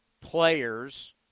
players